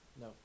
No